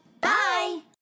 Bye